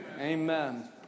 Amen